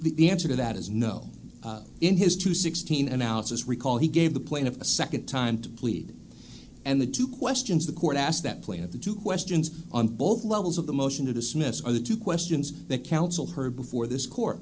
the answer to that is no in his two sixteen analysis recall he gave the plaintiff a second time to plead and the two questions the court asked that play of the two questions on both levels of the motion to dismiss are the two questions that counsel heard before this court